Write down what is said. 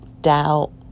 doubt